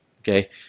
Okay